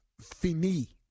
fini